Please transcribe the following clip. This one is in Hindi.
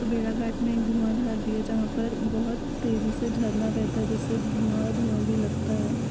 तो भेड़ाघाट में धुआँधार भी जहाँ पर बहुत तेजी से झरना बहता है जिससे धुआँ धुआँ भी लगता है